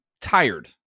tired